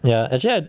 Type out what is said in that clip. ya actually I